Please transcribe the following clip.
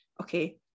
okay